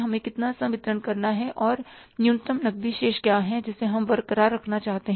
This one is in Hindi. हमें कितना संवितरण करना है और न्यूनतम नकदी शेष क्या है जिसे हम बरकरार रखना चाहते हैं